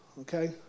Okay